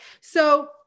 So-